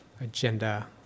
agenda